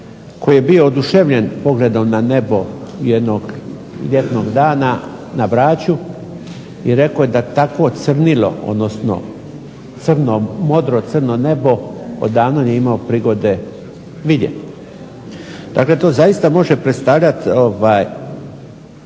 koji je bio oduševljen pogledom na nebo jednog ljetnog dana na Braču i rekao je da takvo crnilo odnosno modro crno nebo odavno nije imao prigode vidjeti. Dakle, to zaista može predstavljati